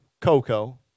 Coco